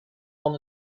van